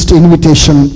invitation